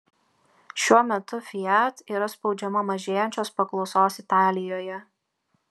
šiuo metu fiat yra spaudžiama mažėjančios paklausos italijoje